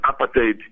apartheid